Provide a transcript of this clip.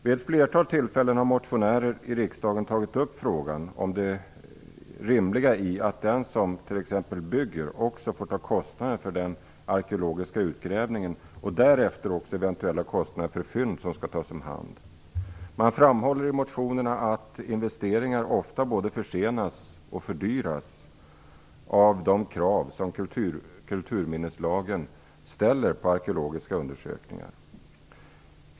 Vid ett flertal tillfällen har motionärer i riksdagen tagit upp frågan om det rimliga i att den som t.ex. bygger också får ta kostnaderna för den arkeologiska utgrävningen och därefter också eventuella kostnader för att fynd skall tas omhand. Man framhåller i motionerna att investeringar ofta både försenas och fördyras av de krav som kulturminneslagen ställer på arkeologiska undersökningar.